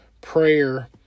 prayer